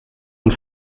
und